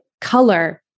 color